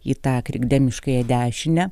į tą krikdemiškąją dešinę